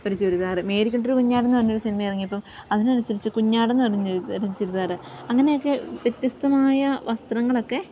ഒരു ചുരിദാറ് മേരിക്കുണ്ടൊരു കുഞ്ഞാട് എന്ന് പറഞ്ഞൊരു സിനിമ ഇറങ്ങിയപ്പം അതിനനുസരിച്ച് കുഞ്ഞാടെന്ന് പറഞ്ഞ് ഒരു ചുരിദാറ് അങ്ങനെയൊക്കെ വ്യത്യസ്തമായ വസ്ത്രങ്ങളൊക്കെ